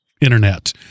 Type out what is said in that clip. internet